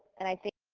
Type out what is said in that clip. and i think.